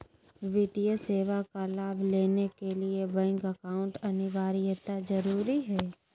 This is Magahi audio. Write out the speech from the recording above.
वित्तीय सेवा का लाभ लेने के लिए बैंक अकाउंट अनिवार्यता जरूरी है?